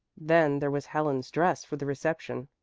then there was helen's dress for the reception,